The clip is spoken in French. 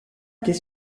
était